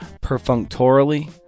perfunctorily